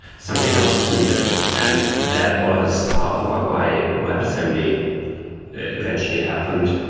something else was needed, and that was why why webassembly eventually happened.